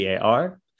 CAR